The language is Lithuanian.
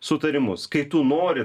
sutarimus kai tu nori